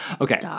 Okay